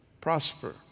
prosper